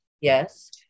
Yes